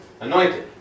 Anointed